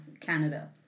Canada